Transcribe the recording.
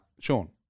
Sean